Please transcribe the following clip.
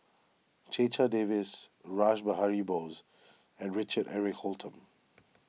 Checha Davies Rash Behari Bose and Richard Eric Holttum